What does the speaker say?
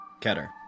Keter